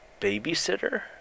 Babysitter